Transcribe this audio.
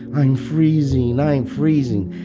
i'm freezing. i'm freezing.